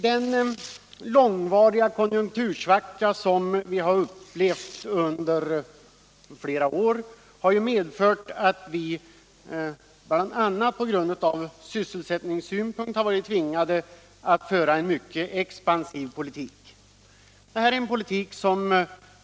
Den långvariga konjunktursvacka som vi upplevt under flera år har medfört att vi bl.a. av sysselsättningsskäl varit tvingade att föra en mycket expansiv politik.